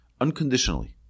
unconditionally